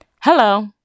Hello